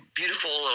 beautiful